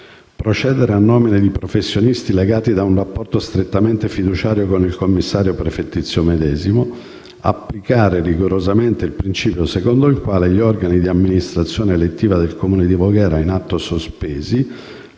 procedere a nomine di professionisti legati da un rapporto strettamente fiduciario con il commissario prefettizio medesimo; applicare rigorosamente il principio secondo il quale gli organi di amministrazione elettiva del Comune di Voghera, in atto sospesi,